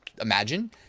imagine